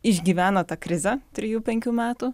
išgyveno tą krizę trijų penkių metų